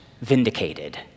vindicated